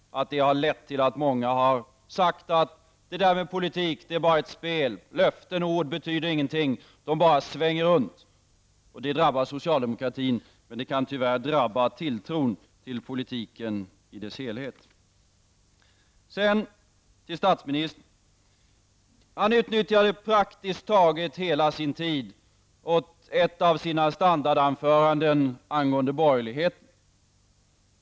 Jag tror att det tyvärr har lett till att många har sagt att politik bara är ett spel -- löften och ord betyder ingenting, man bara svänger sig. Det drabbar socialdemokratin, men kan tyvärr också drabba tilltron till politiken i dess helhet. Statsministern utnyttjade praktiskt taget hela sin tid till ett av sina standardanföranden angående borgerligheten.